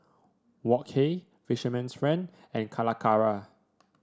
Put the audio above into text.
Wok Hey Fisherman's Friend and Calacara